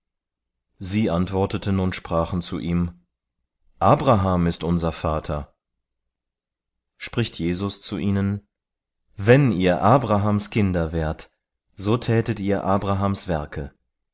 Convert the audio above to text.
sie antworteten und sprachen zu ihm abraham ist unser vater spricht jesus zu ihnen wenn ihr abrahams kinder wärt so tätet ihr abrahams werke